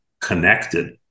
connected